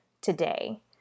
today